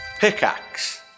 Pickaxe